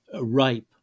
ripe